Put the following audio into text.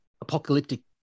apocalyptic